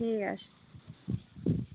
ठीक ऐ